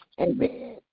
amen